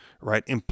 right